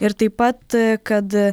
ir taip pat kad